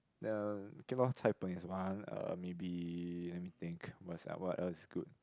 uh okay lor Cai-Peng is one uh maybe let me think what else is good